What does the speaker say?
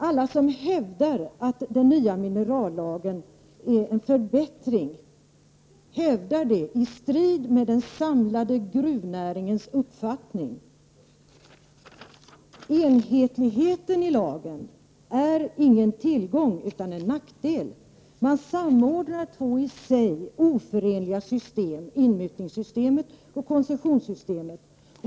Alla som hävdar att den nya minerallagen är en förbättring hävdar det i strid mot den samlade gruvnäringens uppfattning. Enhetligheten i lagen är ingen tillgång utan en nackdel. Man samordnar två i sig oförenliga system -- inmutningssystemet och koncessionssystemet.